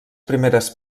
primeres